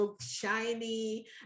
shiny